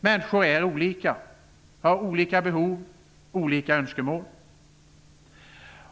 Människor är olika, har olika behov och olika önskemål.